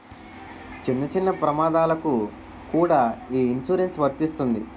చిన్న చిన్న ప్రమాదాలకు కూడా ఈ ఇన్సురెన్సు వర్తిస్తుంది